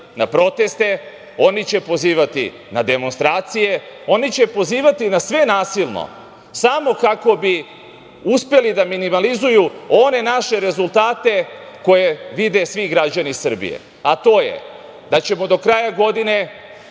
na proteste, oni će pozivati na demonstracije, oni će pozivati na sve nasilno samo kako bi uspeli da minimalizuju one naše rezultate koje vide svi građani Srbije, a to je da ćemo do kraja godine